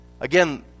Again